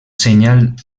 senyal